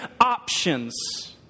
options